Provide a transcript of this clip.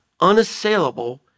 unassailable